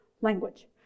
language